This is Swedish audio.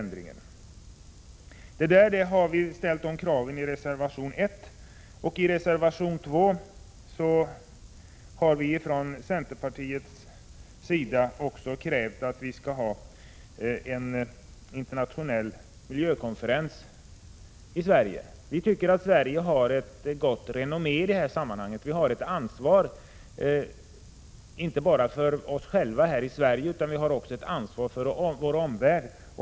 Vi ställer krav på miljövårdens inriktning i reservation 1. I reservation 2 har vi från centerns sida även krävt att det skall anordnas en internationell miljökonferens i Sverige. Sverige har gott renommé i miljösammanhang. Vi känner ett ansvar inte bara för oss själva i Sverige utan också för vår omvärld.